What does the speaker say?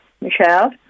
Michelle